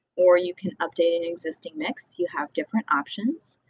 or you can update an existing mix. you have different options.